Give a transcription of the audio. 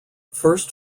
first